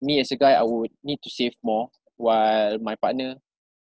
me as a guy I would need to save more while my partner